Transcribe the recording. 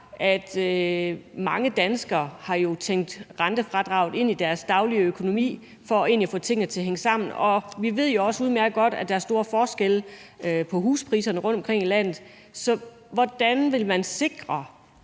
at mange danskere har tænkt rentefradraget ind i deres daglige økonomi for at få tingene til at hænge sammen, og vi ved jo også udmærket godt, at der er store forskelle på huspriserne rundtomkring i landet, så hvordan vil man sikre,